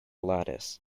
lattice